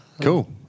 Cool